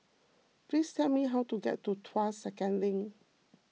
please tell me how to get to Tuas Second Link